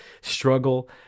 struggle